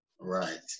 Right